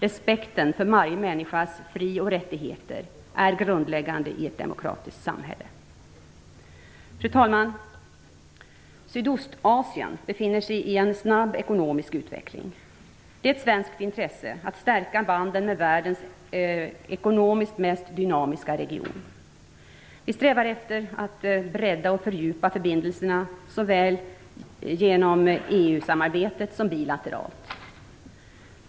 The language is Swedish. Respekten för varje människas fri och rättigheter är grundläggande i ett demokratiskt samhälle. Fru talman! Sydostasien befinner sig i en snabb ekonomisk utveckling. Det är ett svenskt intresse att stärka banden med världens ekonomiskt mest dynamiska region. Vi strävar efter att bredda och fördjupa förbindelserna såväl genom EU-samarbetet som bilateralt.